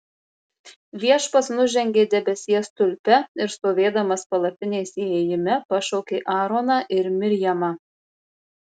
viešpats nužengė debesies stulpe ir stovėdamas palapinės įėjime pašaukė aaroną ir mirjamą